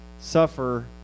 suffer